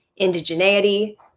indigeneity